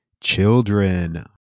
children